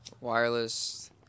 wireless